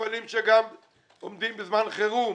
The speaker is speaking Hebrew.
מפעלים שגם עומדים בזמן חירום,